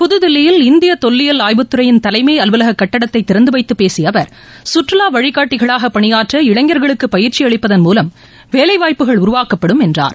புத்தில்லியில் இந்திய தொல்லியல் அய்வுத்துறையின் தலைமை அலுவலக கட்டடத்தை திறந்து வைத்து பேசிய அவர் கற்றுலா வழிக்காட்டிகளாக பனியாற்ற இளைஞர்களுக்கு பயிற்சி அளிப்பதன் மூலம் வேலைவாய்ப்புகள் உருவாக்கப்படும் என்றார்